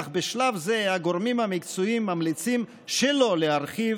אך בשלב זה הגורמים המקצועיים ממליצים שלא להרחיב